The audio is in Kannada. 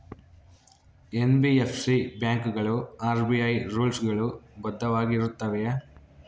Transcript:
ಎನ್.ಬಿ.ಎಫ್.ಸಿ ಬ್ಯಾಂಕುಗಳು ಆರ್.ಬಿ.ಐ ರೂಲ್ಸ್ ಗಳು ಬದ್ಧವಾಗಿ ಇರುತ್ತವೆಯ?